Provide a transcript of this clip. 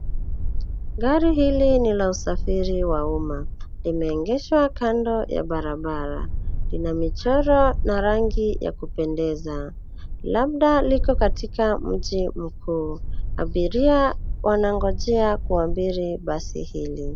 Gari hili ni la usafiri wa umma. Limeegeshwa kando ya barabara. Lina michoro na rangi ya kupendeza. Labda liko katika mji mkuu. Abiria wanangojea kuabiri basi hili.